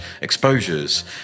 exposures